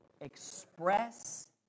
express